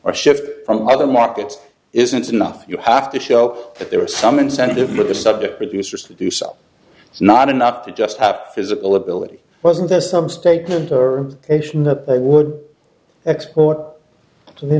or shift from other markets isn't enough you have to show that there are some incentives to the subject producers to do so it's not enough to just have physical ability wasn't there some statement or would export